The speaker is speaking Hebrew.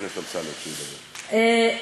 סליחה.